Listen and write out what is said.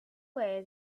way